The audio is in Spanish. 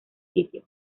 sitio